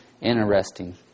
Interesting